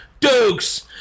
Dukes